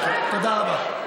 תודה רבה.